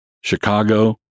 Chicago